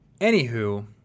Anywho